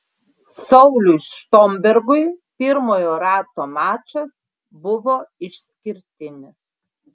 sauliui štombergui pirmojo rato mačas buvo išskirtinis